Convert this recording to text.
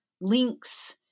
links